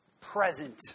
present